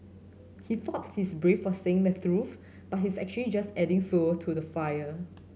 he thought he's brave for saying the truth but he's actually just adding fuel to the fire